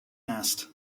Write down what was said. nest